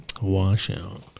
washout